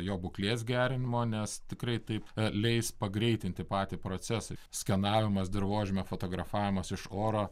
jo būklės gerinimo nes tikrai taip leis pagreitinti patį procesą skenavimas dirvožemio fotografavimas iš oro